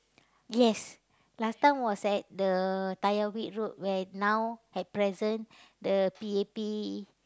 yes last time was at the Tyrwhitt-Road where now at present the P_A_P